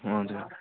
हजुर